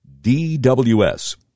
DWS